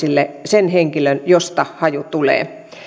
ja etsimään sen henkilön josta haju tulee